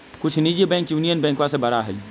कुछ निजी bank union बैंकवा से बड़ा हई